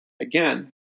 Again